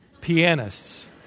pianists